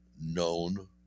known